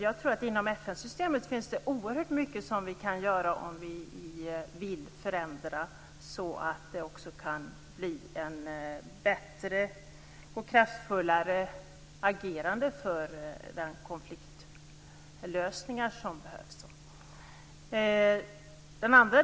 Jag tror att det inom FN-systemet finns oerhört mycket som vi kan göra om vi vill förändra så att det kan bli ett bättre och kraftfullare agerande när det gäller konfliktlösningar som behövs.